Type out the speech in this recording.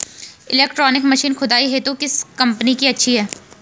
Electronic machine खुदाई हेतु किस कंपनी की अच्छी है?